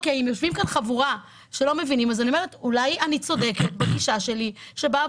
אם יש פה חבורה שלא מבינה אז אולי אני צודקת בגישה שלי לראות